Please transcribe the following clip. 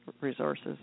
resources